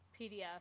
PDF